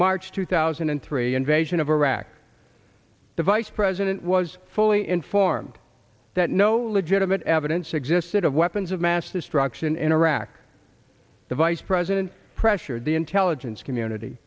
march two thousand and three invasion of iraq the vice president was fully informed that no legitimate evidence existed of weapons of mass destruction in iraq the vice president pressured the intelligence community